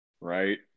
right